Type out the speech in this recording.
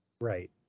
Right